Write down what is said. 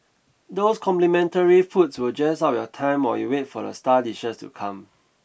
those complimentary foods will jazz up your time while you wait for the star dishes to come